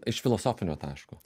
iš filosofinio taško